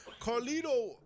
Carlito